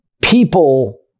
people